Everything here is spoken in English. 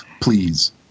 please